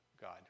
God